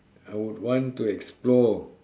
I would want to explore